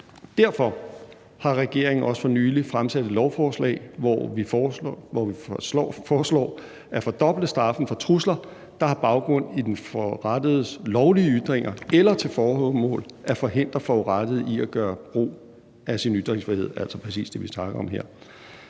Derfor har regeringen også for nylig fremsat et lovforslag, hvor vi foreslår at fordoble straffen for trusler, der har baggrund i den forurettedes lovlige ytringer eller til formål at forhindre forurettede i at gøre brug af sin ytringsfrihed,